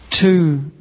two